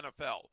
NFL